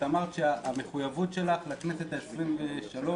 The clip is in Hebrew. אמרת שעמדת במלוא המחויבות שלך לכנסת העשרים-ושלוש.